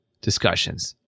discussions